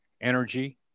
energy